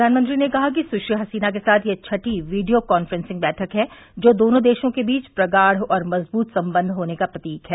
प्रधानमंत्री ने कहा कि सुश्री हसीना के साथ यह छठी वीडियो काफ्रेंसिंग बैठक है जो दोनों देशों के बीच प्रगाढ़ और मजबूत संबंध होने का प्रतीक है